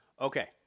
Okay